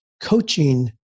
coaching